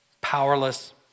Powerless